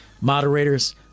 moderators